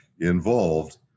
involved